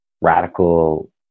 Radical